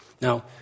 Now